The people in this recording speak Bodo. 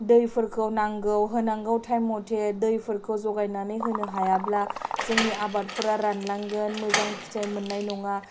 दैफोरखौ नांगौ होनांगौ टाइम मथे दैफोरखौ जगायनानै होनो हायाब्ला जोंनि आबादफ्रा रानलांगोन मोजां फिथाइ मोन्नाय नंङा